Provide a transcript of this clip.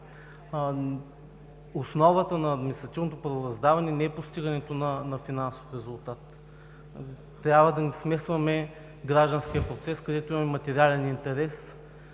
Основата на административното правораздаване не е постигането на финансов резултат. Не трябва да смесваме нещата с гражданския процес, където имаме материален интерес